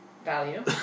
value